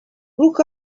look